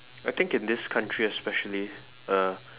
I think in this country especially uh